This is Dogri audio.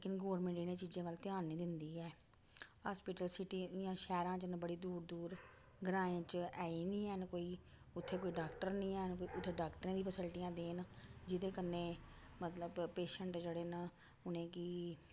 लेकिन गोरमैंट इ'नें चीजें बल ध्यान नी दिंदी ऐ हास्पिटल सिटी इ'यां शैह्रां च न बड़ी दूर दूर ग्राएं च ऐ नी हैन कोई उत्थें कोई डाक्टर नी हैन उत्थें डाक्टरे दियां फैसलटियां देन जेह्दे कन्नै मतलब पेशैंट जेह्ड़े न उ'नेंगी